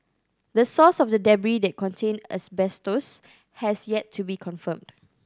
the source of the debris that contained asbestos has yet to be confirmed